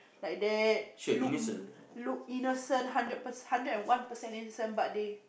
like that look look innocent hundred pers hundred and one percent innocent but they